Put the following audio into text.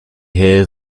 hear